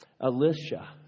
Alicia